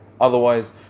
Otherwise